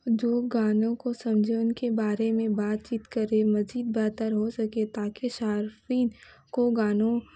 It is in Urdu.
جو گانوں کو سمجھے ان کے بارے میں بات چیت کرے مزید بہتر ہو سکے تاکہ شارفین کو گانوں